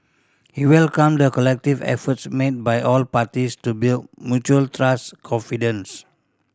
he welcomed the collective efforts made by all parties to build mutual trust confidence